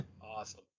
Awesome